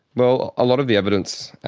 well, a lot of the evidence,